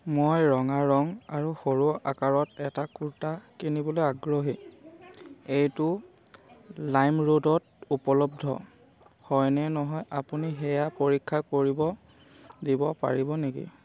মই ৰঙা ৰঙ আৰু সৰু আকাৰত এটা কুৰ্তা কিনিবলৈ আগ্ৰহী এইটো লাইমৰোডত উপলব্ধ হয়নে নহয় আপুনি সেয়া পৰীক্ষা কৰিব দিব পাৰিব নেকি